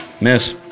Miss